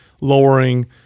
lowering